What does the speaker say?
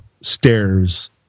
stairs